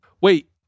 Wait